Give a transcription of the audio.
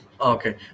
Okay